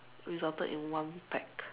resulted in one pack